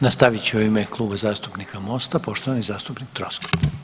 Nastavit će u ime Kluba zastupnika Mosta poštovani zastupnik Troskot.